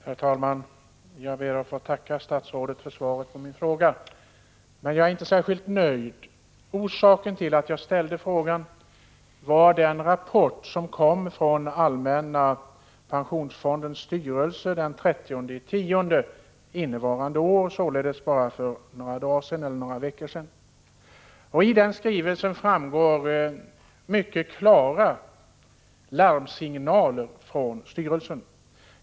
Herr talman! Jag ber att få tacka statsrådet för svaret på min fråga. Men jag är inte särskilt nöjd. Orsaken till att jag ställde frågan är den rapport som kom från Allmänna pensionsfondens styrelse den 30 oktober innevarande år, således för bara några veckor sedan. Av den skrivelsen framgår mycket klara larmsignaler från styrelsen.